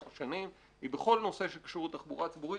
השנים היא בכל נושא שקשור לתחבורה ציבורית,